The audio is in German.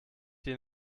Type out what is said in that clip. hier